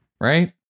right